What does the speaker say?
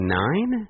nine